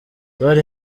bari